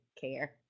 care